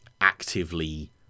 actively